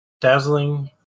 dazzling